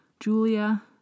Julia